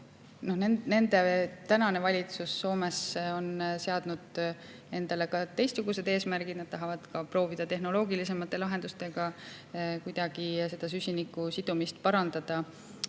kohta. Tänane valitsus Soomes on seadnud endale ka teistsugused eesmärgid. Nad tahavad proovida tehnoloogilisemate lahendustega kuidagi süsinikusidumist parandada.